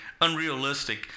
unrealistic